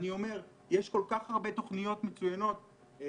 יש כל כך הרבה תוכניות מצוינות,